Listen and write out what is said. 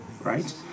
right